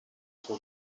pour